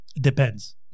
Depends